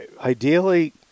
ideally